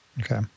Okay